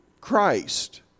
Christ